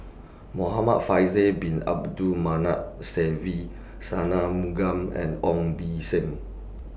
Muhamad Faisal Bin Abdul Manap Se Ve and Ong Beng Seng